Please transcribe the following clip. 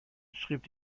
schrieb